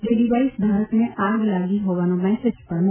જે ડિવાઇસ ધારકને આગ લાગી હોવાનો મેસેજ પણ મોકલશે